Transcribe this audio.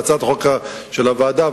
בהצעת החוק של הוועדה,